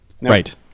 right